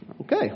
Okay